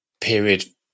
period